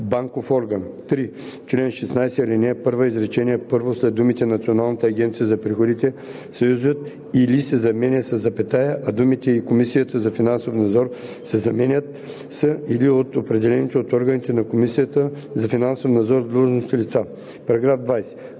банков орган“. 3. В чл. 16, ал. 1, изречение първо след думите „Националната агенция за приходите“ съюзът „или“ се заменя със запетая, а думите „и Комисията за финансов надзор“ се заменят с „или от определените от органите на Комисията за финансов надзор длъжностни лица“.“